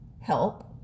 help